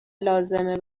لازمه